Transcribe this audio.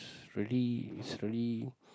really it's really